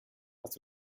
hast